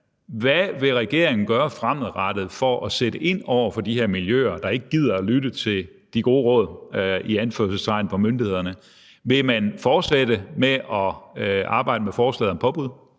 Hvad vil regeringen gøre fremadrettet for at sætte ind over for de her miljøer, der ikke gider lytte til de gode råd – i anførselstegn – fra myndighedernes side? Vil man fortsætte med at arbejde med forslaget om påbud?